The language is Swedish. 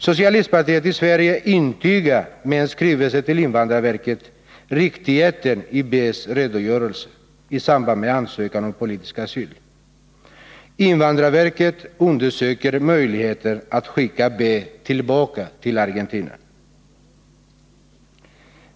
Socialistpartiet i Sverige intygar i en skrivelse till invandrarverket riktigheten av B:s redogörelse i samband med ansökan om politisk asyl. Invandrarverket undersöker möjligheter att skicka B tillbaka till Argentina.